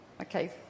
Okay